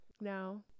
No